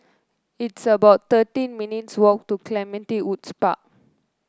it's about thirteen minutes' walk to Clementi Woods Park